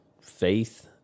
faith